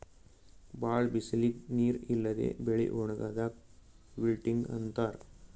ಭಾಳ್ ಬಿಸಲಿಗ್ ನೀರ್ ಇಲ್ಲದೆ ಬೆಳಿ ಒಣಗದಾಕ್ ವಿಲ್ಟಿಂಗ್ ಅಂತಾರ್